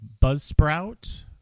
Buzzsprout